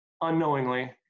unknowingly